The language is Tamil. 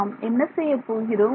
நாம் என்ன செய்யப் போகிறோம்